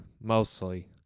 Mostly